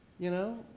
you know?